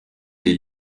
des